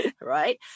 right